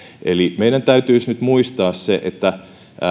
eli meidän täytyisi nyt muistaa se että